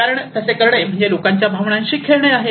कारण तसे करणे म्हणजे लोकांच्या भावनांशी खेळणे आहे